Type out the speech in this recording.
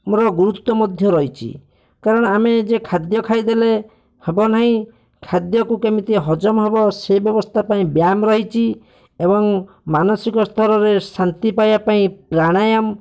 ମୋର ଗୁରୁତ୍ଵ ମଧ୍ୟ ରହିଛି କାରଣ ଆମେ ଯେ ଖାଦ୍ୟ ଖାଇଦେଲେ ହେବ ନାହିଁ ଖାଦ୍ୟକୁ କେମିତି ହଜମ ହେବ ସେ ବ୍ୟବସ୍ଥା ପାଇଁ ବ୍ୟାୟାମ ରହିଛି ଏବଂ ମାନସିକ ସ୍ତରରେ ଶାନ୍ତି ପାଇବା ପାଇଁ ପ୍ରାଣାୟାମ୍